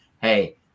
Hey